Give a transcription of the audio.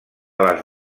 les